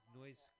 noise